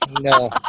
No